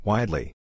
Widely